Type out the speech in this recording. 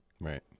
right